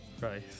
Right